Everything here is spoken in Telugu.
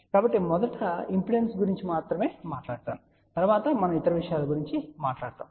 కాబట్టి మొదట ఇంపిడెన్స్ గురించి మాత్రమే మాట్లాడతాను మరియు తరువాత మనం ఇతర విషయాల గురించి మాట్లాడుతాము